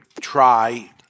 try